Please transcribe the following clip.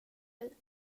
dig